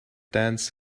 danced